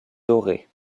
dorées